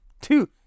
two